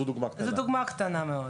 זו דוגמה קטנה מאוד,